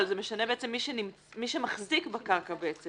אבל זה משנה בעצם מי שמחזיק בקרקע בעצם.